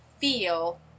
feel